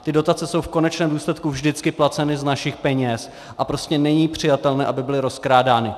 Ty dotace jsou v konečném důsledku vždycky placeny z našich peněz a prostě není přijatelné, aby byly rozkrádány.